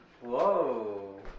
Whoa